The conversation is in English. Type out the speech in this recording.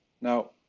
Now